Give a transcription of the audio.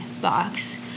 box